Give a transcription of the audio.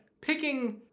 Picking